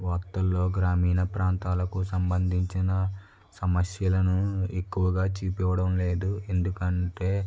వార్తల్లో గ్రామీణ ప్రాంతాలకు సంబంధించిన సమస్యలను ఎక్కువగా చూపించడం లేదు ఎందుకంటే